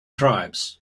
tribes